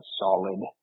solid